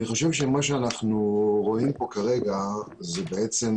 אני חושב שמה שאנחנו רואים כאן כרגע זה בעצם